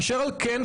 אשר על כן,